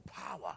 power